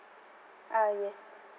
ah yes